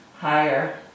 higher